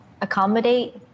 accommodate